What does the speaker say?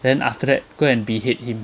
then after that go and behead him